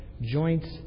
Joints